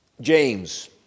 James